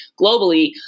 globally